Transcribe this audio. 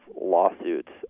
lawsuits